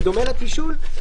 בדומה לתשאול,